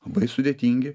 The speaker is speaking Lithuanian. labai sudėtingi